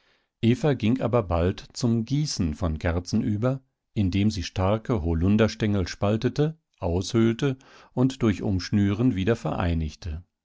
eva ging aber bald zum gießen von kerzen über indem sie starke holunderstengel spaltete aushöhlte und durch umschnüren wieder vereinigte